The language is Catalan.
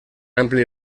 ampli